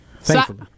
thankfully